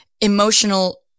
emotional